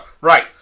Right